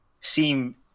seem